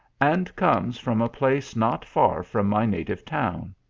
and comes from a place not far from my native town.